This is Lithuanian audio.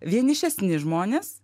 vienišesni žmonės